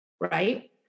Right